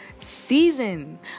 season